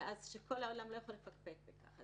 ושכל העולם לא יכול אז לפקפק בכך.